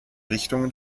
richtungen